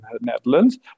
Netherlands